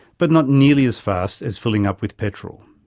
but not nearly as fast as filling up with petrol.